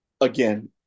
again